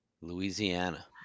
Louisiana